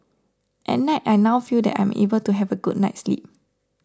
at night I now feel that I am able to have a good night's sleep